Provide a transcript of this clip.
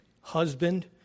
husband